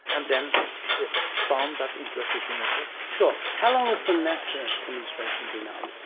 and then expand that into a city network. sure. how long has the nasa demonstration been up?